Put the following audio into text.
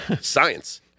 Science